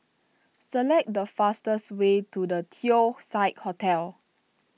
select the fastest way to the Teong Saik Hotel